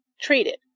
treated